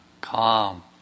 calm